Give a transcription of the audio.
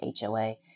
HOA